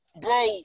bro